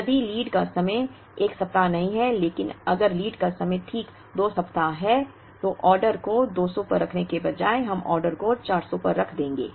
यदि लीड का समय 1 सप्ताह नहीं है लेकिन अगर लीड का समय ठीक 2 सप्ताह है तो ऑर्डर को 200 पर रखने के बजाय हम ऑर्डर को 400 पर रख देंगे